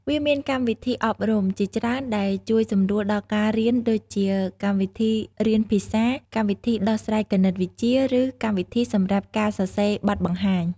វាមានកម្មវិធីអប់រំ ជាច្រើនដែលជួយសម្រួលដល់ការរៀនដូចជា កម្មវិធីរៀនភាសា កម្មវិធីដោះស្រាយគណិតវិទ្យា ឬកម្មវិធីសម្រាប់ការសរសេរបទបង្ហាញ។